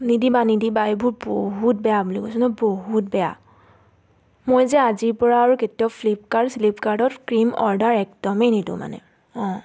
নিদিবা নিদিবা এইবোৰ বহুত বেয়া বুলি কৈছো ন বহুত বেয়া মই যে আজিৰ পৰা আৰু কেতিয়াও ফ্লিপকাৰ্ট শ্লিপকাৰ্টত ক্ৰীম অৰ্ডাৰ একদমেই নিদিওঁ মানে অঁ